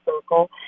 circle